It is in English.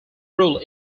rule